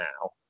now